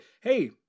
hey